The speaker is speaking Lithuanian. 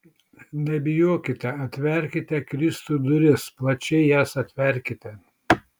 nebijokite atverkite kristui duris plačiai jas atverkite